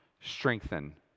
strengthen